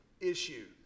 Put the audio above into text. issue